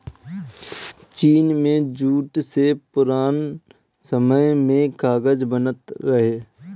चीन में जूट से पुरान समय में कागज बनत रहे